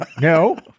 no